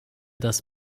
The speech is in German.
das